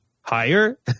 higher